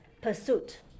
pursuit